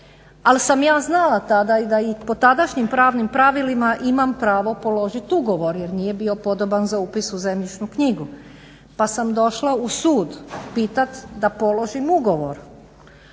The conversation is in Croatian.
ali sam ja znala tada da i po tadašnjim pravnim pravilima imam pravo položiti ugovor jer nije bio podoban za upis u zemljišnu knjigu. Pa sam došla u sud pitati da položim ugovor